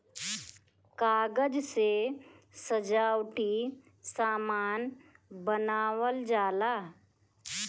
कागज से सजावटी सामान बनावल जाला